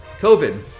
COVID